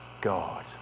God